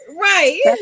right